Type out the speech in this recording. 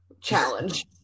challenge